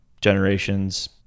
generations